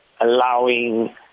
allowing